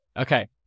Okay